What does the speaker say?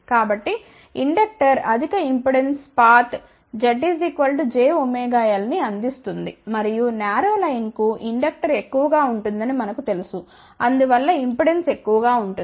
కాబట్టి ఇండక్టర్ అధిక impedance path Z jωL ని అందిస్తుంది మరియు నారో లైన్ కు ఇండక్టర్ ఎక్కువ గా ఉంటుందని మనకు తెలుసు అందువల్ల ఇంపెడెన్స్ ఎక్కువ గా ఉంటుంది